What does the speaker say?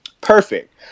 perfect